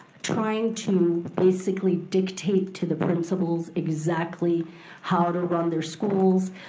trying to basically dictate to the principals exactly how to run their schools,